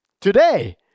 today